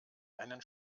einen